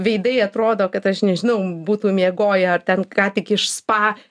veidai atrodo kad aš nežinau būtų miegoję ar ten ką tik iš spa